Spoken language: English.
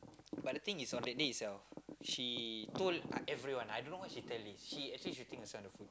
but the thing is on that day itself she told uh everyone I dunno why she tell this she actually shooting herself in the foot